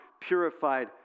purified